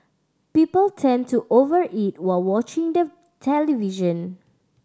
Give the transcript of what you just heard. people tend to over eat while watching the television